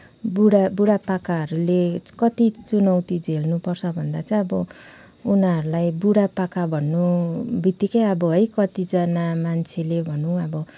बुढा पाकाहरूले कति चुनौती झेल्नु पर्छ भन्दाखेरि चाहिँ उनीहरूलाई बुढा पाका भन्नु बित्तिकै अब है कतिजना मान्छेले भनौँ अब